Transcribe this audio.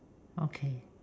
okay